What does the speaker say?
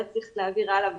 יועץ צריך להעביר הלאה,